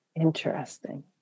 Interesting